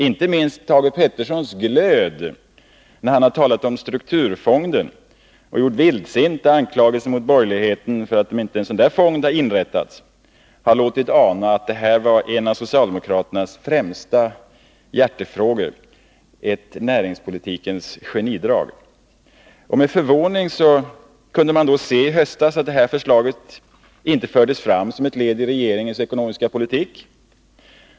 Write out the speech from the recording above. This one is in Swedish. Inte minst Thage Petersons glöd när han talat om strukturfonden och gjort vildsinta anklagelser mot borgerligheten för att en sådan fond inte har inrättats har låtit ana att det här var en av socialdemokraternas främsta hjärtefrågor — ett näringspolitikens genidrag. Med förvåning kunde man då i höstas se att detta förslag inte fördes fram som ett led i regeringens ekonomiska politik.